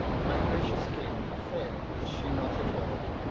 my gracious king, fair is she not at all,